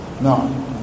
No